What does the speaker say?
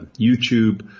YouTube